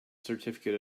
certificate